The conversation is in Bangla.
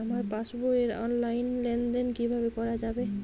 আমার পাসবই র অনলাইন লেনদেন কিভাবে করা যাবে?